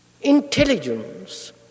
intelligence